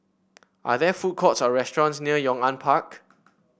are there food courts or restaurants near Yong An Park